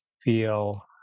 feel